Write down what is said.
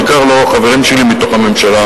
בעיקר לא חברים שלי מתוך הממשלה,